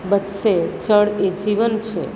બચશે જળ એ જ જીવન છે